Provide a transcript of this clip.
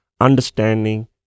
understanding